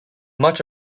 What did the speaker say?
much